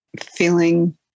feeling